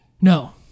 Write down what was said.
No